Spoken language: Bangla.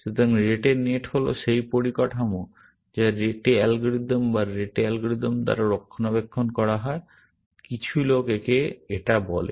সুতরাং রেটে নেট হল সেই কাঠামো যা রেটে অ্যালগরিদম বা রেটে অ্যালগরিদম দ্বারা রক্ষণাবেক্ষণ করা হয় কিছু লোক একে এটা বলে